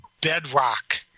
bedrock